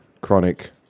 chronic